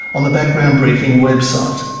on the background briefing website.